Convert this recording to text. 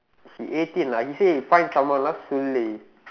he eighteen lah he say find someone lah சுள்ளி:sulli